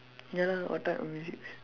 ya lah what type of musics